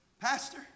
Pastor